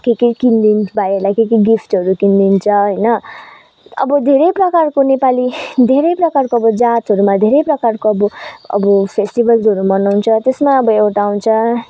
के के किनिदिन्छ भाइहरूलाई के के गिफ्टहरू किनिदिन्छ होइन अब धेरै प्रकारको नेपाली धेरै प्रकारको जातहरूमा धेरै प्रकारको अब अब फेस्टिभल्सहरू मनाउँछ त्यसमा अब एउटा हुन्छ